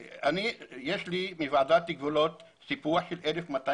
יש לי מוועדת גבולות סיפוח של 1,200 דונם.